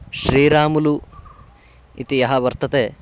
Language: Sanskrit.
श्रीरामुलु इति यः वर्तते